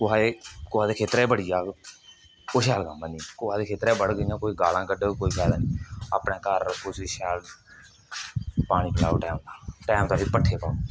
कुसै दी खैतरे च बड़ी जाग ओह् शैल कम्म हैनी कुसै दे खेतरे च बड़ग इ'यां कोई गालां कड्ढग कोई फायदा नेईं अपने घर रक्खो उसी शैल पानी पलाओ डंगरे गी टैम दा पट्ठे पाओ